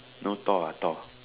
no Thor ah Thor